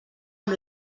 amb